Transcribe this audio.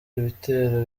ibitero